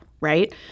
right